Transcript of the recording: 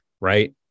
right